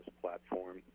platform